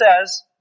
says